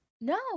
No